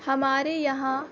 ہمارے یہاں